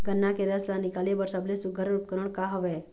गन्ना के रस ला निकाले बर सबले सुघ्घर का उपकरण हवए?